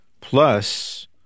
plus